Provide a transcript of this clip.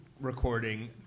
recording